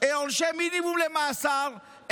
עונשי מינימום למאסר,